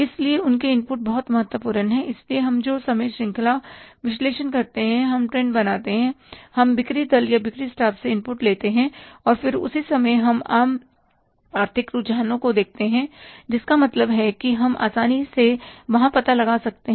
इसलिए उनके इनपुट बहुत महत्वपूर्ण हैं इसलिए हम जो समय श्रृंखला विश्लेषण करते हैं हम ट्रेंड बनाते हैं हम बिक्री दल या बिक्री स्टाफ से इनपुट लेते हैं और फिर उसी समय हम आम आर्थिक रूझानों को देखते हैं जिसका मतलब है कि हम आसानी से वहाँ पता लगा सकते हैं